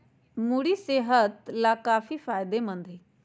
मूरी सेहत लाकाफी फायदेमंद हई